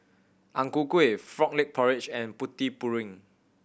Ang Ku Kueh Frog Leg Soup and Putu Piring